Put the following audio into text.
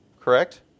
correct